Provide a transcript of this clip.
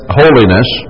holiness